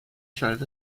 siarad